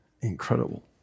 incredible